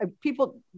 people